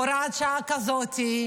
הוראת שעה כזאת,